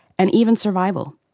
and even survival.